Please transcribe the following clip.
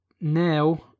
now